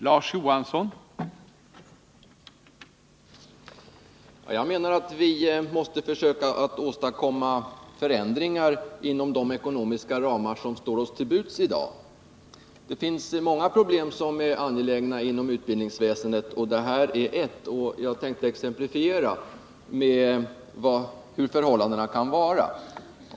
Herr talman! Jag menar att vi måste försöka åstadkomma förändringar inom de ekonomiska ramar som står oss till buds i dag. Det finns många problem som är angelägna inom utbildningsväsendet, och det här är ett. Jag vill ge ett exempel på hur förhållandena kan vara.